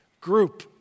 Group